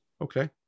okay